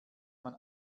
man